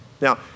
Now